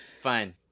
Fine